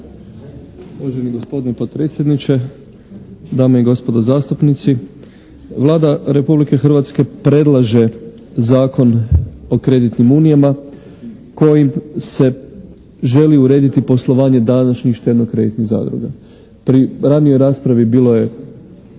Uvaženi gospodine potpredsjedniče, dame i gospodo zastupnici! Vlada Republike Hrvatske predlaže Zakon o kreditnim unijama kojim se želi urediti poslovanje današnjih štedno-kreditnih zadruga. Pri ranijoj raspravi bilo je